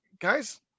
guys